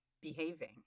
behaving